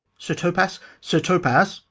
sir topas, sir topas!